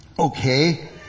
Okay